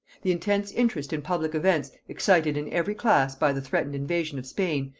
the intense interest in public events excited in every class by the threatened invasion of spain,